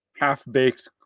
half-baked